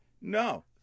No